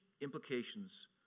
implications